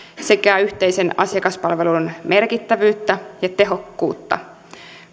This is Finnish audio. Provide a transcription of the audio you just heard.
sekä yhteisen asiakaspalvelun merkittävyyttä ja tehokkuutta